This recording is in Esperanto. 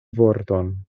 vorton